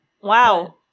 Wow